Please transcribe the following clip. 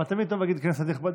אבל תמיד טוב להגיד "כנסת נכבדה".